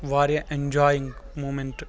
واریاہ اٮ۪نجاے مومیٚنٹ